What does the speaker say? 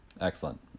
Excellent